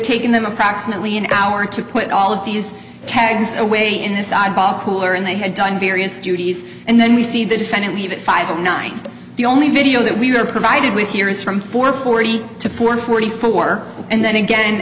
taken them approximately an hour to put all of these cabins away in this oddball cooler and they had done various duties and then we see the defendant even five of nothing the only video that we are provided with here is from four forty to forty forty four and then again